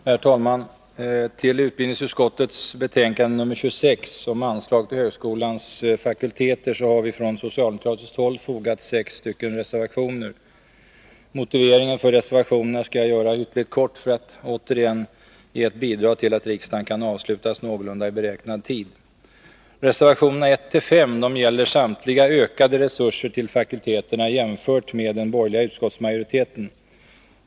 Herr talman! Till utbildningsutskottets betänkande nr 26 om anslag till högskolans fakulteter har vi från socialdemokratiskt håll fogat sex reservationer. Motiveringen för reservationerna skall jag göra ytterligt kort, för att återigen ge ett bidrag till att riksdagen kan avslutas någorlunda i beräknad tid. Reservationerna 1-5 gäller samtliga ökade resurser till fakulteterna jämfört med vad den borgerliga utskottsmajoriteten föreslår.